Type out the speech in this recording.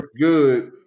good